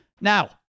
Now